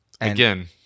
Again